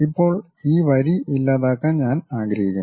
ഇപ്പോൾ ഈ വരി ഇല്ലാതാക്കാൻ ഞാൻ ആഗ്രഹിക്കുന്നു